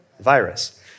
Virus